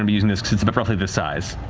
um using this, because it's but roughly the size.